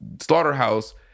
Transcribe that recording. Slaughterhouse